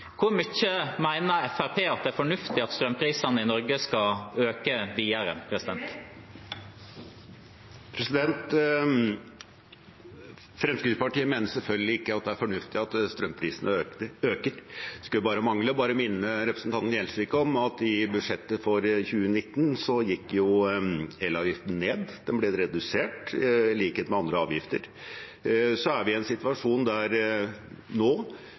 Hvor mye mener Fremskrittspartiet det er fornuftig at strømprisene i Norge skal øke videre? Fremskrittspartiet mener selvfølgelig ikke det er fornuftig at strømprisene øker, det skulle bare mangle. Jeg vil minne representanten Gjelsvik om at i budsjettet for 2019 gikk elavgiften ned, den ble redusert i likhet med andre avgifter. Nå er vi i en situasjon der